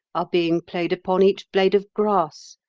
are being played upon each blade of grass.